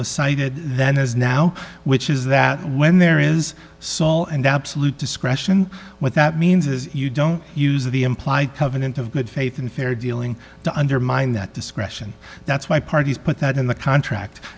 was cited then as now which is that when there is sole and absolute discretion what that means is you don't use the implied covenant of good faith and fair dealing to undermine that discretion that's why parties put that in the contract